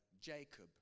Jacob